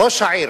ראש העיר,